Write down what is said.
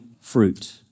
fruit